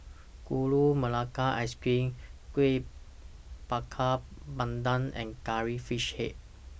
Gula Melaka Ice Cream Kueh Bakar Pandan and Curry Fish Head